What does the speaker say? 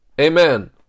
Amen